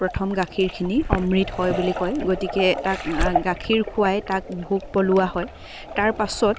প্ৰথম গাখীৰখিনি অমৃত হয় বুলি কয় গতিকে তাক গাখীৰ খুৱাই তাক ভোক পলোৱা হয় তাৰপাছত